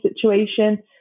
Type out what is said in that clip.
situation